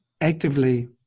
actively